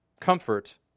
comfort